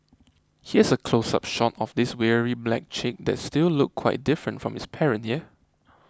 here's a close up shot of this weary black chick that still looked quite different from its parent yeah